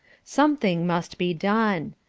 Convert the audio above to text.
something must be done.